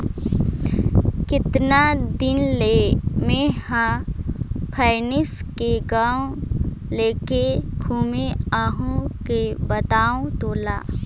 केतना दिन ले मे हर फायनेस के नाव लेके घूमें अहाँ का बतावं तोला